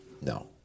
No